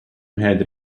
mehed